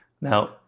Now